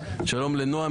שלום לנועה,